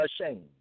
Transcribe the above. ashamed